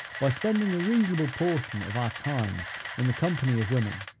by spending a reasonable portion of our time in the company of women,